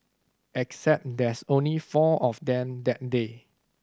except there's only four of them that day